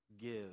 give